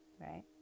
Right